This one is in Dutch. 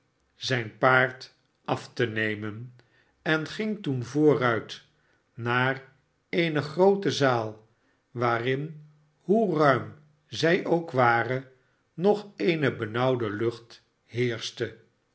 zijn paard af te nemen en gmg toen vooruit naar eene groote zaal waarin hoe rmm zij ook ware nog eene benauwde lucht heerschte